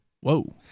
Whoa